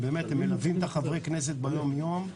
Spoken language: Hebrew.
הם מלווים את חברי הכנסת ביום-יום.